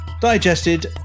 digested